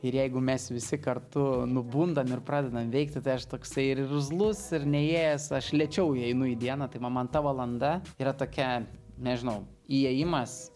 ir jeigu mes visi kartu nubundam ir pradedam veikti tai aš toksai ir irzlus ir neįėjęs aš lėčiau įeinu į dieną tai ma man ta valanda yra tokia nežinau įėjimas